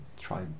Try